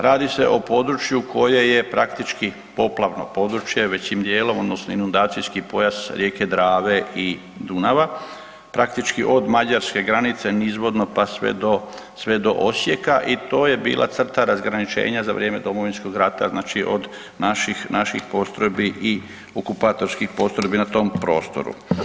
Radi se o području koje je praktički poplavno područje većim dijelom, odnosno inundacijski pojas rijeke Drave i Dunava, praktički od mađarske granice nizvodno pa sve do Osijeka i to je bila crta razgraničenja za vrijeme Domovinskog rata, znači od naših postrojbi i okupatorskih postrojbi na tom prostoru.